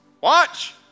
watch